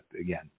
again